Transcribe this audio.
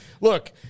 look